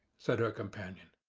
said her companion.